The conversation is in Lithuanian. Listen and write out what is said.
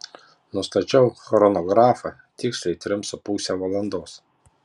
nustačiau chronografą tiksliai trim su puse valandos